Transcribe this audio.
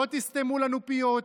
לא תסתמו לנו פיות.